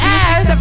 ass